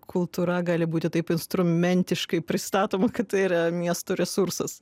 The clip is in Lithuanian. kultūra gali būti taip instrumentiškai pristatoma kad tai yra miestų resursas